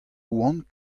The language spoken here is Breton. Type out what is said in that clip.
oant